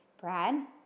Brad